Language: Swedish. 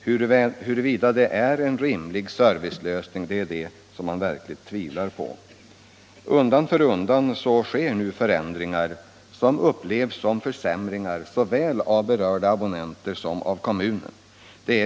Men huruvida det är en rimlig servicelösning kan man verkligen tvivla på. Undan för undan sker nu förändringar som upplevs som försämringar såväl av berörda abonnenter som av kommunerna.